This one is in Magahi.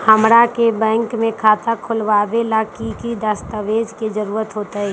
हमरा के बैंक में खाता खोलबाबे ला की की दस्तावेज के जरूरत होतई?